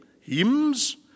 hymns